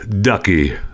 Ducky